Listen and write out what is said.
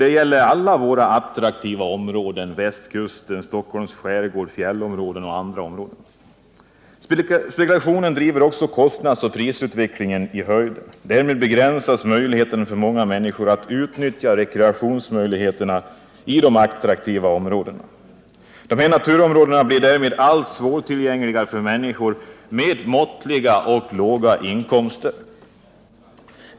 Det gäller alla attraktiva områden: Västkusten, Stockholms skärgård, fjällområden osv. Spekulationen driver på kostnadsoch prisutvecklingen. Därmed begränsas många människors möjligheter till rekreation i de attraktiva områdena. Dessa områden blir alltmera svårtillgängliga för människor med måttliga och låga inkomster.